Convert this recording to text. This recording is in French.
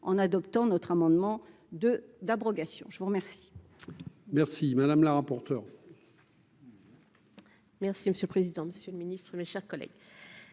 en adoptant notre amendement de d'abrogation, je vous remercie.